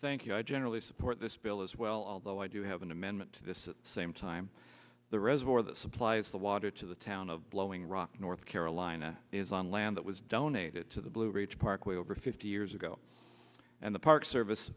thank you i generally support this bill as well although i do have an amendment to this same time the reservoir that supplies the water to the town of blowing rock north carolina is on land that was donated to the blue ridge parkway over fifty years ago and the park service